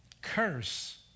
curse